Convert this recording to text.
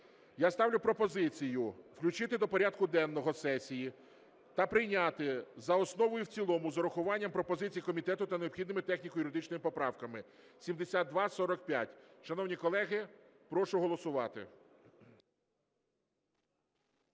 Я ставлю пропозицію включити до порядку денного сесії та прийняти за основу і в цілому з урахуванням пропозицій комітету та необхідними техніко-юридичними поправками 7245. Шановні колеги, прошу голосувати.